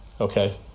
Okay